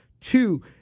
Two